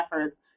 efforts